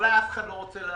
אולי אף אחד לא רוצה לעבוד,